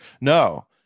no